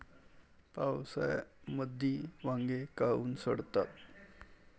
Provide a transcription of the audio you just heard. पावसाळ्यामंदी वांगे काऊन सडतात?